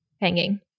hanging